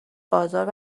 آزار